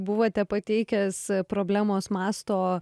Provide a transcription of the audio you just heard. buvote pateikęs problemos masto